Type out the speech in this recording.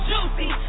Juicy